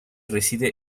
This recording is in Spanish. reside